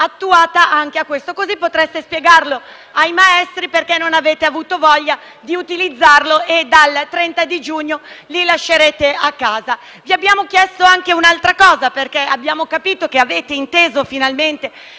applicata anche a questo caso. Così potrete spiegare ai maestri perché non avete avuto voglia di utilizzarlo e dal 30 giugno li lascerete a casa. Vi abbiamo chiesto anche un'altra cosa, perché abbiamo capito che avete inteso finalmente,